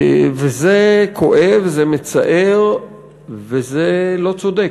וזה כואב וזה מצער וזה לא צודק.